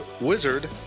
wizard